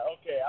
okay